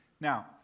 now